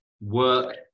work